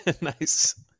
Nice